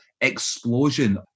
explosion